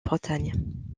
bretagne